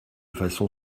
façon